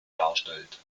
darstellt